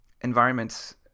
environments